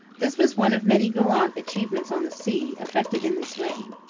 this was one of many gallant achievements on the sea, effected in this reign.